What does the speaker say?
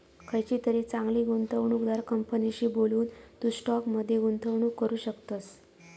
खयचीतरी चांगली गुंवणूकदार कंपनीशी बोलून, तू स्टॉक मध्ये गुंतवणूक करू शकतस